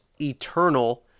eternal